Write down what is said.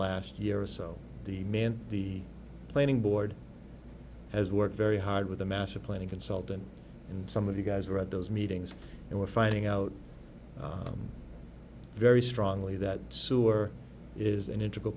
last year or so the man the planning board has worked very hard with a massive planning consultant and some of the guys who are at those meetings and we're finding out very strongly that sewer is an integral